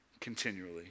continually